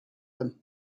them